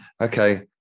Okay